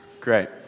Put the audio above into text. Great